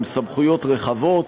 עם סמכויות רחבות.